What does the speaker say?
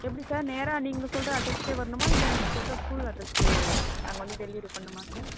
எப்படி சார் நேராக நீங்கள் சொல்கிற அட்ரஸ்க்கே வரனுமா இல்லை நீங்கள் சொல்கிற ஸ்கூல் அட்ரஸ்க்கு நாங்கள் வந்து டெலிவரி பண்ணனுமா சார்